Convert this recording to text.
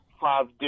five